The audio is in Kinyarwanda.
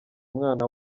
umwana